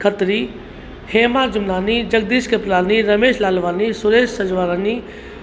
Khatri Hema Jumnani Jagdish Kripalani Ramesh Lalwani Suresh Sajwarani